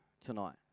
tonight